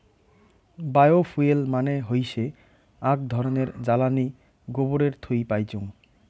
bio fuel মানে হৈসে আক ধরণের জ্বালানী গোবরের থুই পাইচুঙ